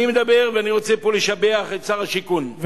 אני רוצה לשבח את שר השיכון,